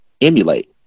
emulate